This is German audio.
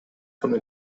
von